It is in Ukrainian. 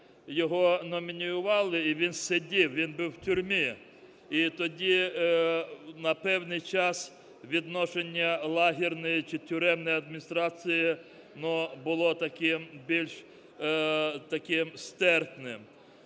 його номінували, він сидів, він був в тюрмі. І тоді на певний час відношення лагерної, чи тюремної адміністрації воно було таким